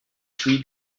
three